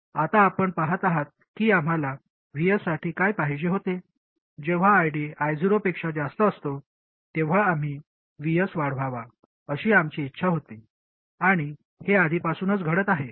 आता आपण पाहात आहात की आम्हाला Vs साठी काय पाहिजे होते जेव्हा ID I0 पेक्षा अधिक असतो तेव्हा आम्ही Vs वाढवावा अशी आमची इच्छा होती आणि हे आधीपासूनच घडत आहे